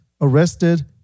arrested